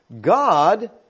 God